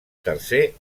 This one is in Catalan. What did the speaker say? tercer